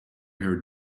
her